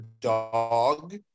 dog